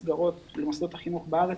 למוסדות החינוך בארץ,